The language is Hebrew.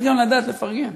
צריך גם לדעת לפרגן.